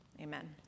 Amen